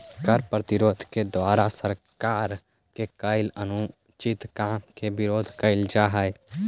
कर प्रतिरोध से सरकार के द्वारा कैल अनुचित काम के विरोध कैल जा हई